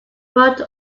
but